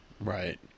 right